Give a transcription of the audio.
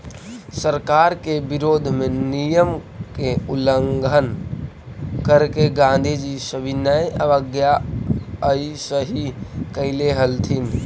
सरकार के विरोध में नियम के उल्लंघन करके गांधीजी सविनय अवज्ञा अइसही कैले हलथिन